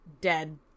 dead